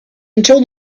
until